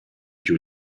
giu